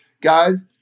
guys